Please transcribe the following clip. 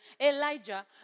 Elijah